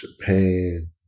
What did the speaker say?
Japan